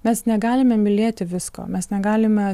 mes negalime mylėti visko mes negalime